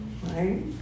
Right